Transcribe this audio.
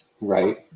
Right